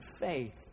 faith